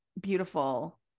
beautiful